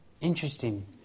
Interesting